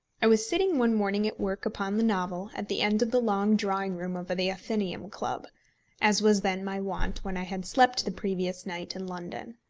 i was sitting one morning at work upon the novel at the end of the long drawing-room of the athenaeum club as was then my wont when i had slept the previous night in london.